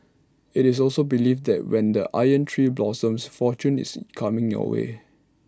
IT is also believed that when the iron tree blossoms fortune is coming your way